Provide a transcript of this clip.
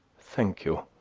thank you.